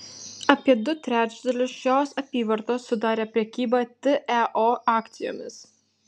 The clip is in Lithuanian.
apie du trečdalius šios apyvartos sudarė prekyba teo akcijomis